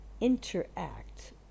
interact